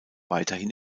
weiterhin